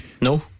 No